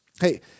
hey